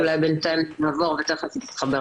אולי בינתיים נעבור והיא תכף תתחבר.